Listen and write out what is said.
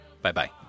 Bye-bye